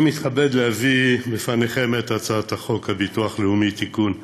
אני מתכבד להביא בפניכם את הצעת חוק הביטוח הלאומי (תיקון מס'